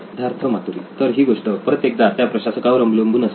सिद्धार्थ मातुरी तर ही गोष्ट परत एकदा त्या प्रशासकावर अवलंबून असेल